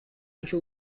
اینکه